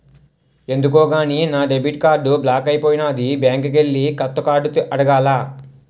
ఎందుకో గాని నా డెబిట్ కార్డు బ్లాక్ అయిపోనాది బ్యాంకికెల్లి కొత్త కార్డు అడగాల